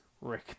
Rick